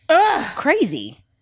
Crazy